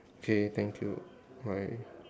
okay thank you bye